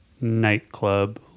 nightclub